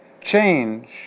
change